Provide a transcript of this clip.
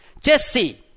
Jesse